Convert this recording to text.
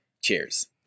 cheers